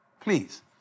please